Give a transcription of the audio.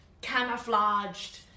camouflaged